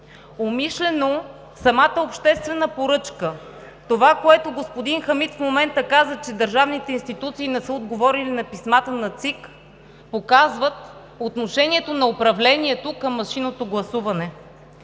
умишлено самата обществена поръчка – това, което в момента господин Хамид каза, че държавните институции не са отговорили на писмата на ЦИК, показват отношението на управлението към машинното гласуване.